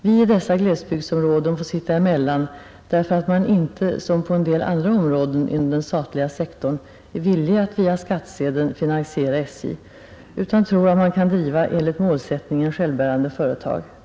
Vi i dessa glesbygdsområden får sitta emellan därför att man inte som på en del andra områden inom den statliga sektorn är villig att via skattsedeln finansiera SJ, utan tror att man kan driva enligt målsättningen självbärande företag.